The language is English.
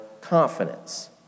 confidence